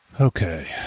Okay